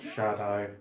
Shadow